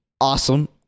awesome